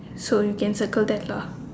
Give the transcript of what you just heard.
so you can circle that lah